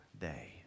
day